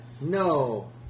No